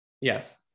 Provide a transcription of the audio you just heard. Yes